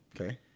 Okay